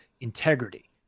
integrity